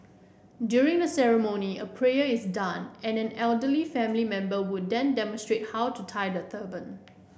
during the ceremony a prayer is done and an elderly family member would then demonstrate how to tie the turban